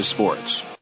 Sports